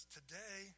today